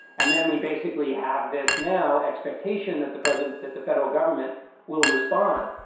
and then we basically have this now expectation that the president that the federal government will respond.